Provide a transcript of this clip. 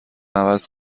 عوض